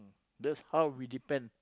that's how we depend